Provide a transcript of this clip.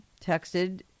texted